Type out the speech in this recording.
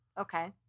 Okay